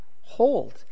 hold